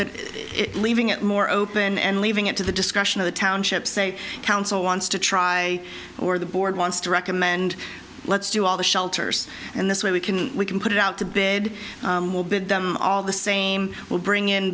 that it leaving it more open and leaving it to the discretion of the township say council wants to try or the board wants to recommend let's do all the shelters and this way we can we can put it out to bed all the same we'll bring in